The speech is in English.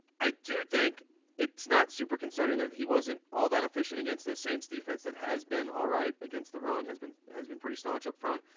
i do think it's not super concerning that he wasn't all that efficient against the saints defense that has been all right against the wrong has been has been pretty staunch up front.